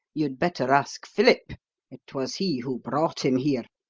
you'd better ask philip it was he who brought him here.